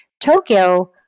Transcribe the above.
Tokyo